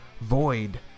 void